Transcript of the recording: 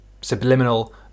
subliminal